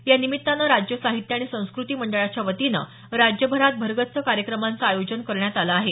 या निमित्तानं राज्य साहित्य आणि संस्कृती मंडळाच्या वतीनं राज्यभरात भरगच्च कार्यक्रमांचं आयोजन करण्यात आलं आहे